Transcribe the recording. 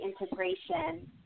integration